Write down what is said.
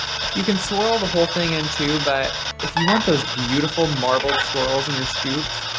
you can swirl the whole thing in too, but if you want those beautiful marbled swirls in your scoops,